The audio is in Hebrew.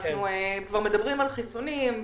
אנחנו כבר מדברים על חיסונים,